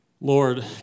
Lord